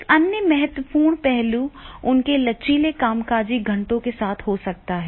एक अन्य महत्वपूर्ण पहलू उनके लचीले कामकाजी घंटों के साथ हो सकता है